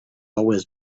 always